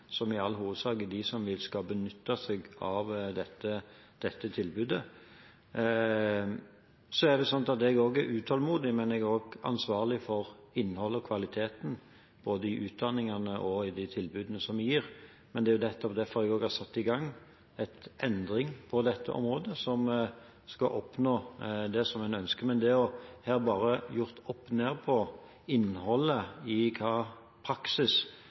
som i all hovedsak er de som skal benytte seg av dette tilbudet. Jeg er også utålmodig, men jeg er også ansvarlig for innholdet og kvaliteten både i utdanningene og i de tilbudene vi gir. Men det er nettopp derfor jeg har satt i gang en endring på dette området for å oppnå det en ønsker. Men det å bare snu opp-ned på innholdet i